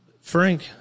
Frank